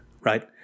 right